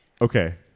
Okay